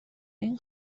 این